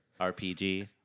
RPG